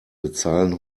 bezahlen